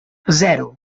zero